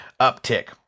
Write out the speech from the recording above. uptick